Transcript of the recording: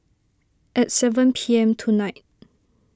at seven P M tonight